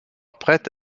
prête